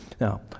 Now